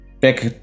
back